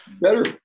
better